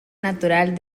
natural